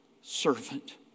servant